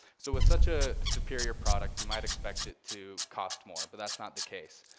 so with such a superior product you might expect it to cost more, but that's not the case.